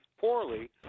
poorly